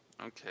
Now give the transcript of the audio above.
Okay